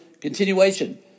continuation